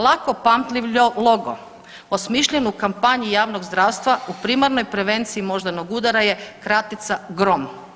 Lako pamtljiv logo osmišljen u kampanji javnog zdravstva u primarnoj prevenciji moždanog udara je kratica GROM.